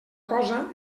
cosa